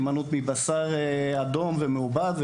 הימנעות מבשר אדום ומעובד.